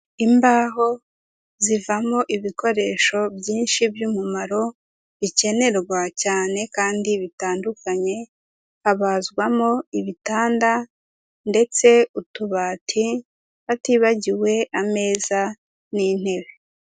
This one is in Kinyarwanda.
Imbaho zivamo ibikoresho byinshi by'umumaro, bikenerwa cyane kandi bitandukanye, habazwamo ibitanda ndetse utubati, hatibagiwe ameza n'intebe.